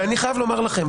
אני חייב לומר לכם,